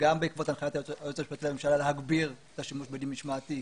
גם בעקבות הנחיית היועץ המשפטי לממשלה להגביר את השימוש בדין משמעתי,